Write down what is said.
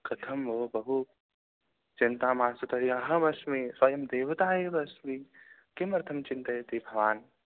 कथं भो बहु चिन्ता मास्तु तर्हि अहमस्मि स्वयं देवता एव अस्मि किमर्थं चिन्तयति भवान्